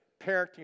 parenting